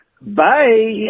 Bye